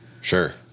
Sure